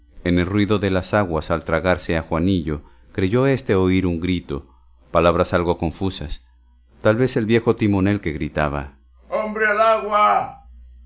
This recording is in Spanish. en el ruido de las aguas al tragarse a juanillo creyó oír éste un grito palabras algo confusas tal vez el viejo timonel que gritaba hombre al agua